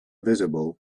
visible